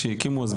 כשהקימו אז,